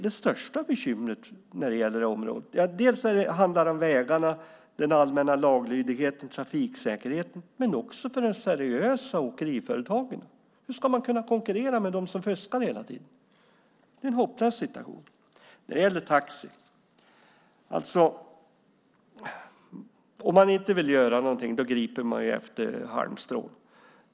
De största bekymren gäller dels vägarna och den allmänna laglydigheten, trafiksäkerheten, dels att det drabbar de seriösa åkeriföretagen. Hur ska de kunna konkurrera med dem som hela tiden fuskar? Det är en hopplös situation. Beträffande taxi vill jag säga att om man inte vill göra någonting griper man efter halmstrån.